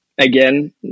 Again